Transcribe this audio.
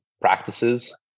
practices